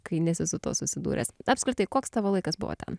kai nesi su tuo susidūręs apskritai koks tavo laikas buvo ten